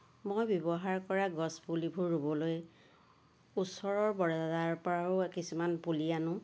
মই ব্যৱহাৰ কৰা গছ পুলিবোৰ ৰুবলৈ ওচৰৰ বজাৰৰ পৰাও কিছুমান পুলি আনোঁ